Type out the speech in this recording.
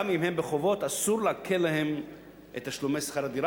גם אם הם בחובות אסור לעקל להם את תשלומי שכר הדירה,